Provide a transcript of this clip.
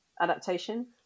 adaptation